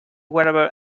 wherever